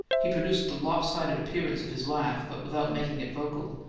he produced the lop-sided appearance of his laugh, but without making it vocal.